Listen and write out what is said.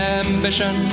ambition